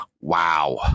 wow